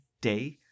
day